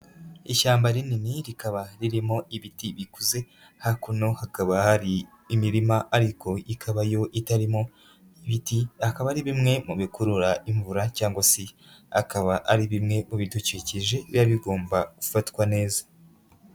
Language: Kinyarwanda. Ishyamba rinini rikaba ririmo ibiti bikuze, hakuno hakaba hari imirima ariko ikaba yo itarimo ibiti, akaba ari bimwe mu bikurura imvura cyangwa se akaba ari bimwe mu bidukikije, biba bigomba gufatwa neza.